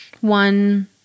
one